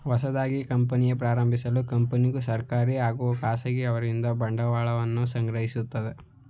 ಹೊಸದಾಗಿ ಕಂಪನಿ ಪ್ರಾರಂಭಿಸಲು ಕಂಪನಿಗೂ ಸರ್ಕಾರಿ ಹಾಗೂ ಖಾಸಗಿ ಅವರಿಂದ ಬಂಡವಾಳವನ್ನು ಸಂಗ್ರಹಿಸುತ್ತದೆ